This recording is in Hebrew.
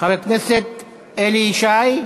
חבר הכנסת אלי ישי,